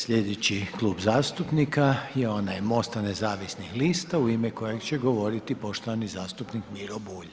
Slijedeći Klub zastupnika je onaj MOST-a nezavisnih lista u ime koje će govoriti poštovani zastupnik Miro Bulj.